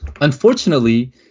Unfortunately